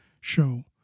show